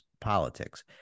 politics